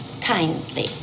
kindly